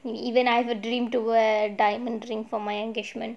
even I have a dream to wear diamond ring for my engagement